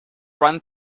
run